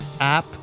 app